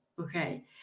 Okay